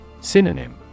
Synonym